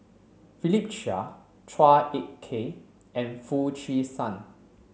Philip Chia Chua Ek Kay and Foo Chee San